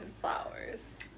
flowers